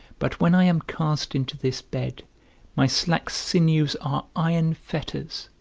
but when i am cast into this bed my slack sinews are iron fetters,